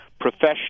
professional